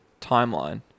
timeline